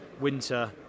winter